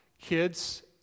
Kids